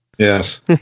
Yes